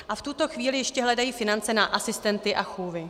A v tuto chvíli ještě hledají peníze na asistenty a chůvy.